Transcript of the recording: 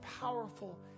powerful